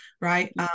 right